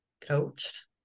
coached